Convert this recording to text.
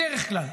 בדרך כלל.